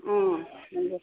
अ नंगौ